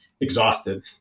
exhausted